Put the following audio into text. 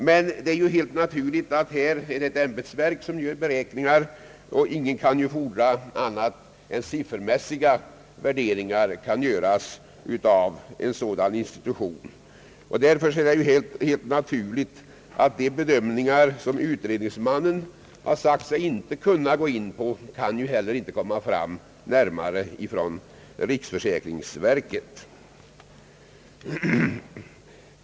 Men här är det ett ämbetsverk som gör beräkningarna, och ingen kan därför fordra annat än siffermässiga värderingar, Därför är det helt naturligt att de bedömningar, som utredningsmannen sagt sig inte kunna gå in på, inte heller kan göras av riksförsäkringsverket.